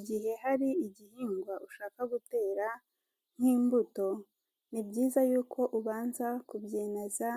Igihe hari igihingwa ushaka gutera nk'imbuto, ni byiza yuko ubanza kubyiniza